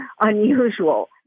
unusual